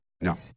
No